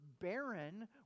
barren